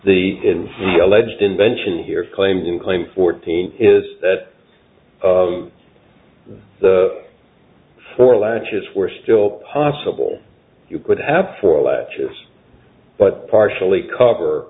the alleged invention here claims and claim fourteen is that of the four latches were still possible you could have four latches but partially cover